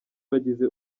bagize